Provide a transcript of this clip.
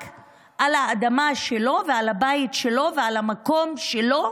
על האדמה שלו ועל הבית שלו ועל המקום שלו,